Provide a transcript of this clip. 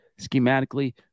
schematically –